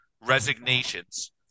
resignations